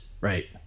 right